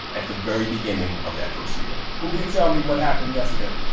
at the very beginning of that first year who can tell me what happened yesterday?